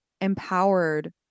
empowered